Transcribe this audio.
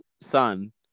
son